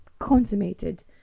consummated